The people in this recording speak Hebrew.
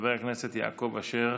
חבר הכנסת יעקב אשר,